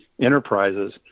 Enterprises